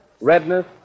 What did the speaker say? redness